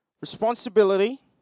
Responsibility